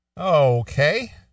Okay